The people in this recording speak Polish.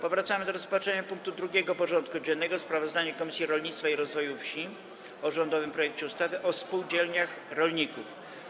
Powracamy do rozpatrzenia punktu 2. porządku dziennego: Sprawozdanie Komisji Rolnictwa i Rozwoju Wsi o rządowym projekcie ustawy o spółdzielniach rolników.